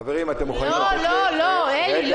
חברים, אתם מוכנים לתת --- לא, אלי.